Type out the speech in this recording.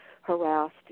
harassed